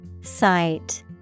Sight